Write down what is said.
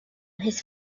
his